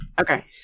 Okay